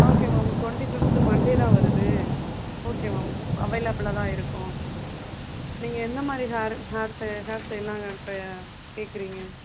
okay ma'am twenty fifth Monday தான் வருது okay ma'am அவைலபிலாக தான் இருக்கும் நீங்கள் எந்த மாதிரி ஹேர் ஹேர் ஸ்ட ஹேர் ஸ்டைல்லெலாம் ப்ரைய கேட்குறீங்க